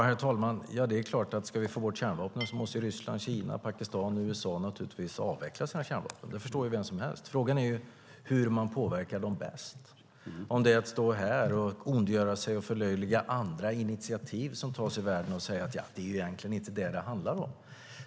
Herr talman! Ja, det är klart att om vi ska få bort kärnvapen måste naturligtvis Ryssland, Kina, Pakistan och USA avveckla sina kärnvapen - det förstår vem som helst. Frågan är hur man påverkar dem bäst, om det är genom att stå här och ondgöra sig och förlöjliga andra initiativ som tas i världen och säga: "Det är egentligen inte detta det handlar om".